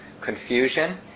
confusion